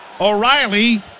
O'Reilly